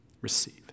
receive